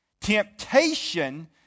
Temptation